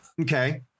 Okay